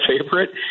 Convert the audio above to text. favorite